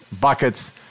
buckets